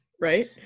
right